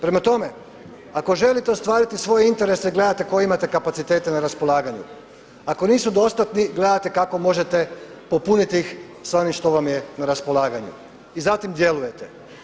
Prema tome, ako želite ostvariti svoje interese i gledate koje imate kapacitete na raspolaganju, ako nisu dostatni gledate kako možete popuniti ih sa onim što vam je na raspolaganju i zatim djelujete.